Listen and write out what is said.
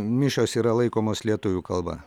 mišios yra laikomos lietuvių kalba